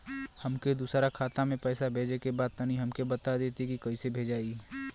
हमके दूसरा खाता में पैसा भेजे के बा तनि हमके बता देती की कइसे भेजाई?